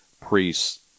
priests